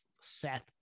Seth